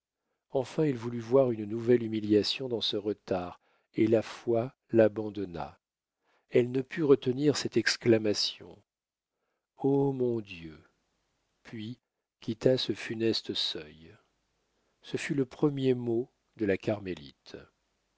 enfin elle voulut voir une nouvelle humiliation dans ce retard et la foi l'abandonna elle ne put retenir cette exclamation o mon dieu puis quitta ce funeste seuil ce fut le premier mot de la carmélite